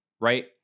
Right